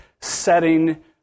setting